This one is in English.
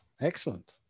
Excellent